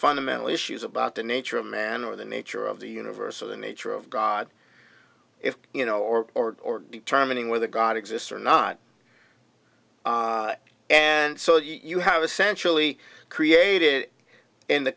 fundamental issues about the nature of man or the nature of the universe or the nature of god if you know or or or determining whether god exists or not and so you have essentially created in the